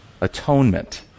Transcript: atonement